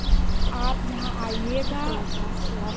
आप यहाँ आइएगा